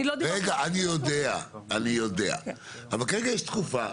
כרגע יש תקופה,